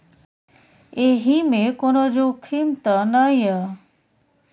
एहि मे कोनो जोखिम त नय?